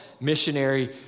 missionary